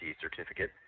certificate